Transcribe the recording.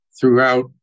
throughout